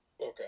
Okay